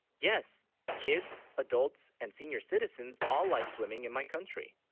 yes kids adults and senior citizens all like swimming in my country